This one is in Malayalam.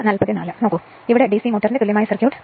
അതിനാൽ ഇപ്പോൾ ഡിസി മോട്ടോറിന്റെ തുല്യമായ സർക്യൂട്ട്